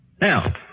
Now